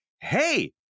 hey